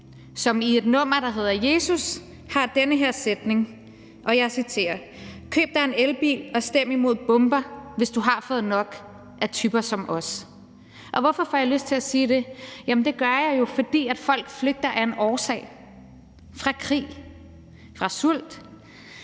som i et nummer, der hedder »Jesus«, har den her sætning: »Køb dig en elbil og stem imod bomber/Hvis du har fået nok/Af typer som os.« Hvorfor får jeg lyst til at citere det? Det gør jeg jo, fordi folk flygter af en årsag: fra krig, fra sult,